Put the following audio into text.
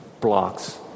blocks